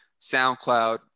soundcloud